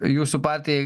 jūsų partijai